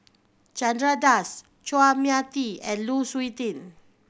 Chandra Das Chua Mia Tee and Lu Suitin